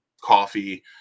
coffee